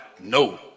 No